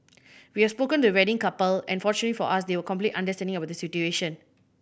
we have spoken to the wedding couple and fortunately for us they were completely understanding about the situation